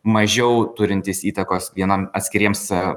mažiau turintys įtakos vienam atskiriems